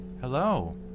Hello